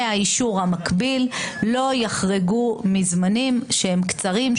האישור המקביל לא יחרגו מזמנים שהם קצרים,